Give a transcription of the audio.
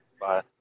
Bye